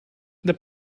the